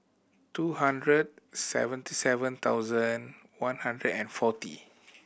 two hundred seventy seven thousand one hundred and forty